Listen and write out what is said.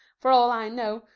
for all i know,